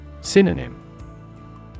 Synonym